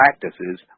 practices